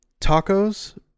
tacos